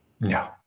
No